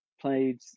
played